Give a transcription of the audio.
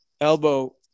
elbow